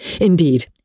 Indeed